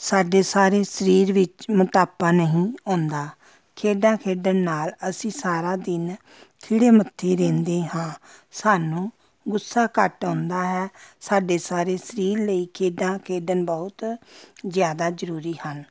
ਸਾਡੇ ਸਾਰੇ ਸਰੀਰ ਵਿੱਚ ਮੋਟਾਪਾ ਨਹੀਂ ਆਉਂਦਾ ਖੇਡਾਂ ਖੇਡਣ ਨਾਲ ਅਸੀਂ ਸਾਰਾ ਦਿਨ ਖਿੜੇ ਮੱਥੇ ਰਹਿੰਦੇ ਹਾਂ ਸਾਨੂੰ ਗੁੱਸਾ ਘੱਟ ਆਉਂਦਾ ਹੈ ਸਾਡੇ ਸਾਰੇ ਸਰੀਰ ਲਈ ਖੇਡਾਂ ਖੇਡਣ ਬਹੁਤ ਜ਼ਿਆਦਾ ਜ਼ਰੂਰੀ ਹਨ